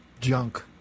junk